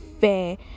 fair